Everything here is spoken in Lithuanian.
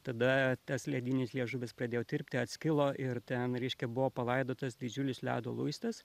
tada tas ledinis liežuvis pradėjo tirpti atskilo ir ten reiškia buvo palaidotas didžiulis ledo luistas